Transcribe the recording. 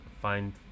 find